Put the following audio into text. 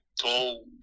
tall